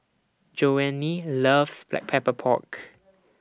Joanie loves Black Pepper Pork